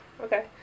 Okay